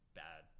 bad